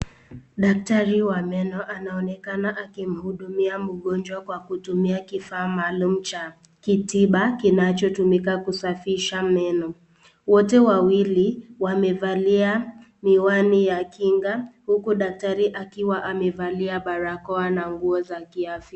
Daktari wa meno anaonekana akimhudumia mgonjwa kwa kutumia kifaa maalum cha kitiba kinachotumika kusafisha meno. Wote wawili wamevalia miwani ya kinga huku daktari akiwa amevalia barakoa na nguo za kiafya.